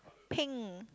pink